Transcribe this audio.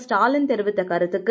ஸ்டாலின் தெரிவித்த கருத்துக்கு